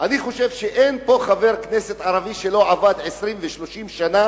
אני חושב שאין פה חבר כנסת ערבי שלא עבד 20 ו-30 שנה